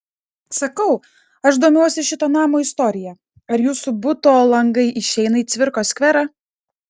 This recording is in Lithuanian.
sakau aš domiuosi šito namo istorija ar jūsų buto langai išeina į cvirkos skverą